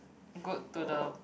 good to the